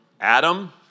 Adam